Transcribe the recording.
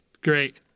great